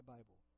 Bible